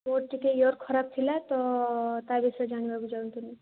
ମୋର ଟିକେ ଇୟର ଖରାପ ଥିଲା ତ ତା' ବିଷୟରେ ଜାଣିବାକୁ ଚାହୁଁଥିଲି